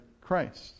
Christ